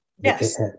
Yes